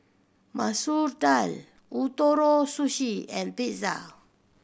Masoor Dal Ootoro Sushi and Pizza